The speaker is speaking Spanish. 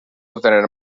obtener